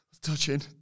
touching